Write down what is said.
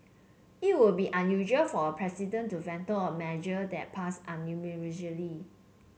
it would be unusual for a president to veto a measure that passed